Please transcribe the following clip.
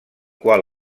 qual